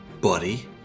buddy